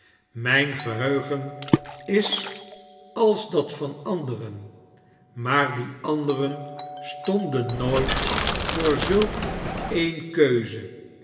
gn geheugen is als dat van anderen maar die anderen stonden nooit voor zulk een keuze